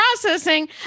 processing